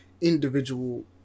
individual